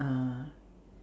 uh